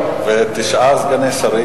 ותשעה סגני שרים.